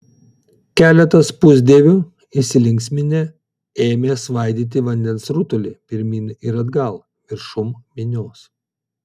keletas pusdievių įsilinksminę ėmė svaidyti vandens rutulį pirmyn ir atgal viršum minios